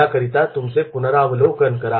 याकरिता त्याचे पुनरावलोकन करा